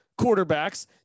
quarterbacks